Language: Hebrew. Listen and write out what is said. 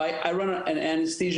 אתה יכול להמשיך באנגלית.